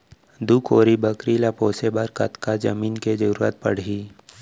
दू कोरी बकरी ला पोसे बर कतका जमीन के जरूरत पढही?